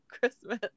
Christmas